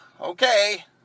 okay